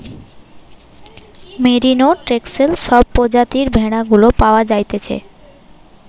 merino, Texel সব প্রজাতির ভেড়া গুলা পাওয়া যাইতেছে